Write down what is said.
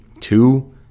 two